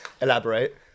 Elaborate